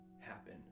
happen